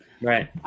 Right